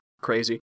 crazy